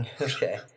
Okay